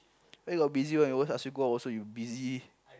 where got busy one he always ask you go out also you busy